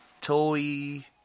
Toy